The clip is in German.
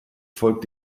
folgt